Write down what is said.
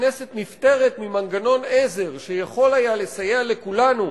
הכנסת נפטרת ממנגנון עזר שיכול היה לסייע לכולנו,